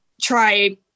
try